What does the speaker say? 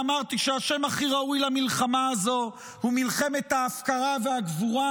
ואמרתי שהשם הכי ראוי למלחמה הזו הוא מלחמת ההפקרה והגבורה,